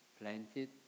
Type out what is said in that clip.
planted